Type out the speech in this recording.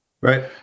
Right